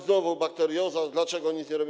Znowu bakterioza, dlaczego nic nie robimy.